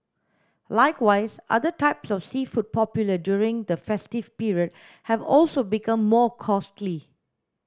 likewise other types of seafood popular during the festive period have also become more costly